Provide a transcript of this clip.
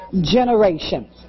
generation